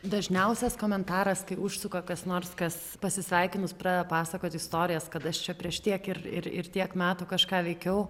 dažniausias komentaras kai užsuka kas nors kas pasisveikinus pradeda pasakot istorijas kad aš čia prieš tiek ir ir ir tiek metų kažką veikiau